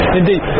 indeed